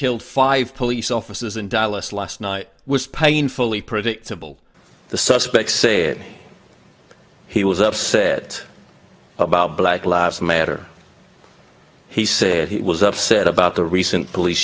killed five police officers in dallas last night was painfully predictable the suspect saying he was upset about black lives matter he said he was upset about the recent police